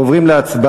אנחנו עוברים להצבעה